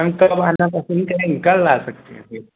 ma'am कब आना पसंद करेंगी कल आ सकती हैं फिर